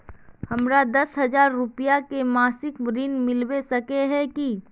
हमरा दस हजार रुपया के मासिक ऋण मिलबे सके है की?